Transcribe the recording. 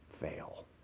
fail